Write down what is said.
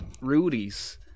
Rudy's